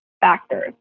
factors